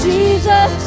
Jesus